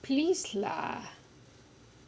please lah